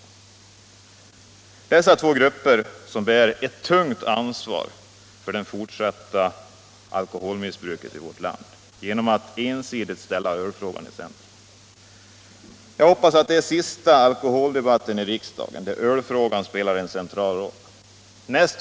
Det är dessa två grupper som bär ett tungt ansvar för det fortsatta alkoholmissbruket i vårt land genom att ensidigt ställa ölfrågan i centrum. Jag hoppas att detta är den sista alkoholdebatten i riksdagen där ölfrågan spelar en central roll.